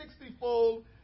sixtyfold